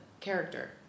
character